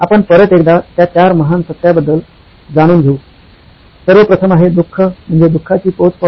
आपण परत एकदा त्या चार महान सत्यांबद्दल जाणून घेऊ सर्वप्रथम आहे दुःख म्हणजे दुखाची पोचपावती